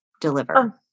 deliver